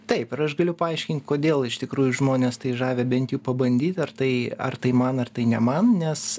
taip ir aš galiu paaiškint kodėl iš tikrųjų žmones tai žavi bent jau pabandyt ar tai ar tai man ar tai ne man nes